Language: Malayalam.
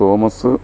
തോമസ്